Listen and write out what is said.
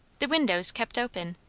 the windows kept open,